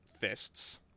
fists